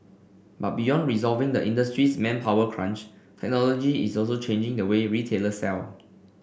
but beyond resolving the industry's manpower crunch technology is also changing the way retailer sell